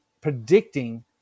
predicting